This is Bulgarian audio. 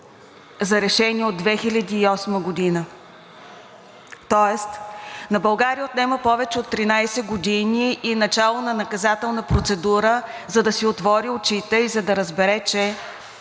за решение от 2008 г., тоест на България отнема повече от 13 години и начало на наказателна процедура, за да си отвори очите и разбере, че